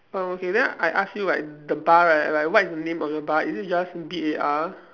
oh okay then I ask you like the bar right like what is the name of your bar is it just B A R